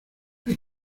hay